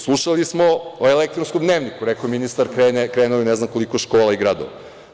Slušali smo o elektronskom dnevniku, rekao je ministar da je krenuo u ne znam koliko škola i gradova.